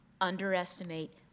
underestimate